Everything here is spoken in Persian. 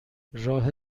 راه